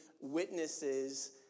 witnesses